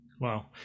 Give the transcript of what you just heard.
Wow